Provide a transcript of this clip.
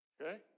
Okay